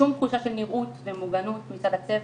שום תחושה של נראות ומוגנות מצד הצוות,